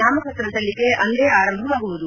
ನಾಮ ಪತ್ರ ಸಲ್ಲಿಕೆ ಅಂದೇ ಆರಂಭವಾಗುವುದು